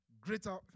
greater